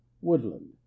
woodland